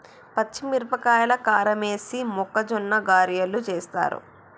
పచ్చిమిరపకాయల కారమేసి మొక్కజొన్న గ్యారలు చేస్తారు